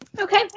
Okay